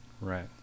right